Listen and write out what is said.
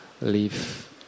leave